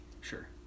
Sure